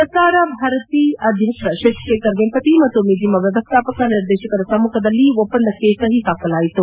ಪ್ರಸಾರ ಭಾರತಿ ಅಧ್ಯಕ್ಷ ಶತಿ ಶೇಖರ್ ವೆಂಪತಿ ಮತ್ತು ಮಿಜಿಮಾ ವ್ಯವಸ್ಥಾಪಕ ನಿರ್ದೇಶಕರ ಸಮ್ಮುಖದಲ್ಲಿ ಒಪ್ಪಂದಕ್ಕೆ ಸಹಿ ಹಾಕಲಾಯಿತು